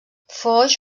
foix